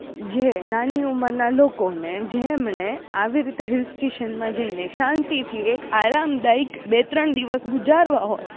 જે નાની ઉમરના લોકોને જેમણે આવી રીતે હિલ સ્ટેશનમાં જઈને શાંતિથી એક આરામદાયક બે ત્રણ દિવસ ગુજારવા હોય